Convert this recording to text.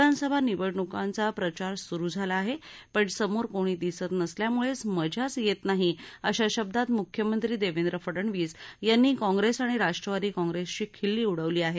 विधानसभा निवडणुकांचा प्रचार सुरु झाला आहे पण समोर कोणी दिसत नसल्यामुळे मजाच येत नाही अशा शब्दात मुख्यमंत्री देवेंद्र फडणवीस यांनी काँग्रेस आणि राष्ट्रवादी काँग्रेसची खिल्ली उडवली आहे